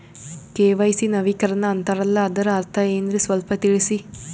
KYC ನವೀಕರಣ ಅಂತಾರಲ್ಲ ಅದರ ಅರ್ಥ ಏನ್ರಿ ಸ್ವಲ್ಪ ತಿಳಸಿ?